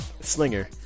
Slinger